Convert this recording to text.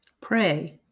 Pray